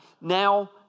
Now